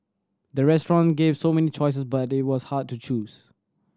the restaurant gave so many choices that it was hard to choose